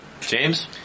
James